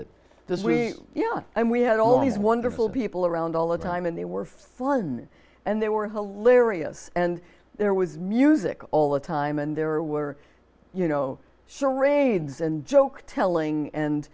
it does we yeah and we had all these wonderful people around all the time and they were fun and they were hilarious and there was music all the time and there were you know charades and joke telling and